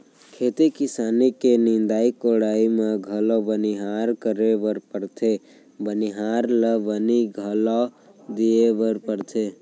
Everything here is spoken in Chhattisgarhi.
खेती किसानी के निंदाई कोड़ाई म घलौ बनिहार करे बर परथे बनिहार ल बनी घलौ दिये बर परथे